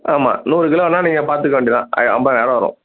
ஆமாம் நூறு கிலோனால் நீங்கள் பார்த்துக்க வேண்டியதுதான் ஐம்பதானாயிரம் ரூபா வரும்